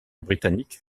britannique